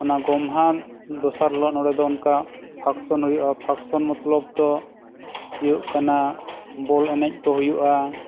ᱚᱱᱟ ᱜᱚᱢᱦᱟ ᱫᱚᱥᱟᱨ ᱦᱤᱞᱳᱜ ᱱᱚᱸᱰᱮ ᱫᱚ ᱚᱱᱠᱟ ᱯᱷᱟᱝᱥᱚᱱ ᱦᱩᱭᱩᱜᱼᱟ ᱯᱷᱟᱝᱥᱚᱱ ᱢᱚᱛᱞᱚᱵ ᱫᱚ ᱦᱩᱭᱩᱜ ᱠᱟᱱᱟ ᱵᱚᱞ ᱮᱱᱮᱡ ᱠᱚ ᱦᱩᱭᱩᱜᱼᱟ